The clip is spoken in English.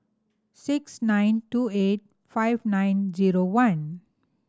six nine two eight five nine zero one